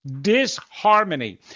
Disharmony